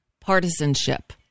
partisanship